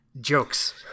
jokes